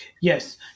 Yes